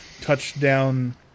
touchdown